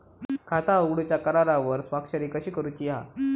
खाता उघडूच्या करारावर स्वाक्षरी कशी करूची हा?